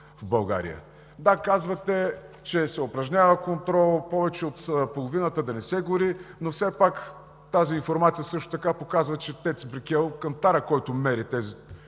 Да, казвате, че се упражнява контрол повече от половината да не се гори, но все пак тази информация също така показва, че кантарът в ТЕЦ „Брикел“, който мери това